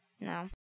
No